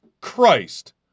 Christ